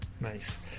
Nice